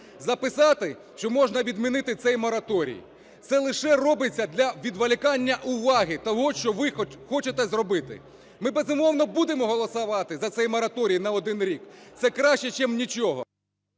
записати, що можна відмінити цей мораторій. Це лише робиться для відволікання уваги того, що ви хочете зробити. Ми, безумовно, будемо голосувати за цей мораторій на один рік, це краще, чим нічого...